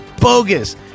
bogus